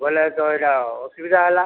ବେଲେ ତ ଇଟା ଅସୁବିଧା ହେଲା